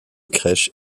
crèches